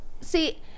See